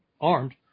Armed